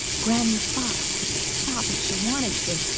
granny fox could stop if she wanted to,